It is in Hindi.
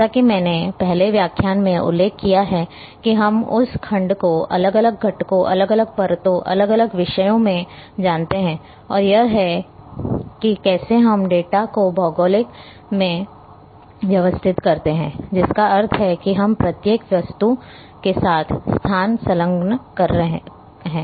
जैसा कि मैंने पहले व्याख्यान में उल्लेख किया है कि हम उस खंड को अलग अलग घटकों अलग अलग परतों अलग अलग विषयों में जानते हैं और यह है कि कैसे हम डेटा को भौगोलिक में व्यवस्थित करते हैं जिसका अर्थ है कि हम प्रत्येक वस्तु के साथ स्थान संलग्न करते हैं